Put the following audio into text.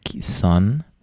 son